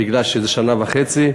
בגלל שזה שנה וחצי.